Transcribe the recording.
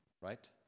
right